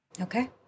Okay